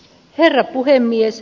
herra puhemies